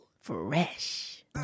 Fresh